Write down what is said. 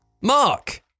Mark